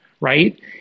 right